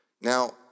Now